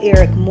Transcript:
Eric